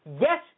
Yes